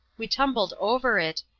we tumbled over it,